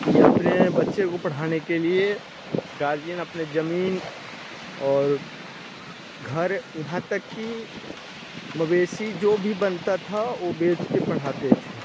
कि अपने बच्चे को पढ़ाने के लिए गार्जियन अपने जमीन और घर यहाँ तक कि मवेशी जो भी बनता था वो बेच के पढ़ाते थे